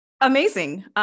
Amazing